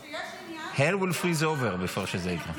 When hell freezes over, זה לא יקרה,